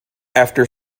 after